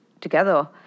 together